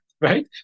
right